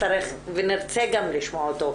נרצה גם לשמוע אותו.